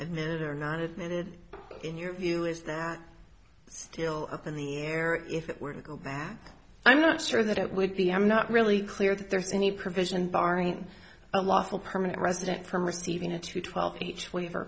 admitted or not admitted in your view is that still up in the air if it were to go back i'm not sure that it would be i'm not really clear that there's any provision barring a lawful permanent resident from receiving a true twelve each waiver